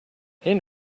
hin